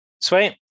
Sweet